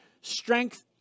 strength